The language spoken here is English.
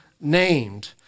named